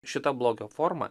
šita blogio forma